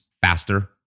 faster